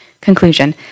Conclusion